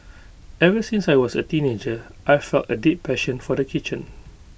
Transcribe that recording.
ever since I was A teenager I've felt A deep passion for the kitchen